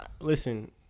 listen